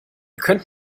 könnt